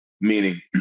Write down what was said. meaning